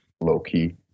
Low-key